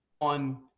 on